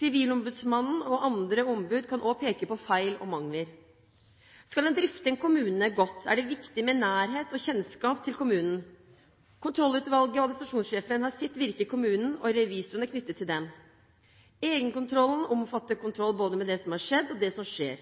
Sivilombudsmannen og andre ombud kan også peke på feil og mangler. Skal en drifte en kommune godt, er det viktig med nærhet og kjennskap til kommunen. Kontrollutvalget og administrasjonssjefen har sitt virke i kommunen, og revisoren er knyttet til den. Egenkontrollen omfatter kontroll både